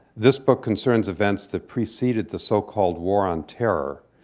this book concerns events that preceded the so-called war on terror,